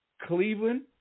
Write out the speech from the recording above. Cleveland